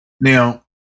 Now